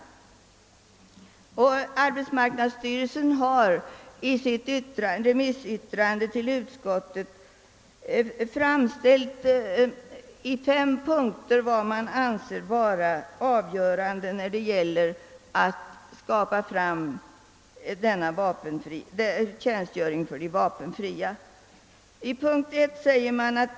Arbetsmarknadsstyrelsen har i sitt re missyttrande till utskottet i fem punkter sammanfattat vad man anser vara avgörande när det gäller att skapa tjänstgöring för de vapenfria: »1.